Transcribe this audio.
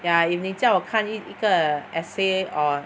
yeah if 你叫我看一个 essay or